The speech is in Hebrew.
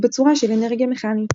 או בצורה של אנרגיה מכנית.